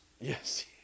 yes